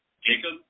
Jacob